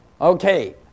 Okay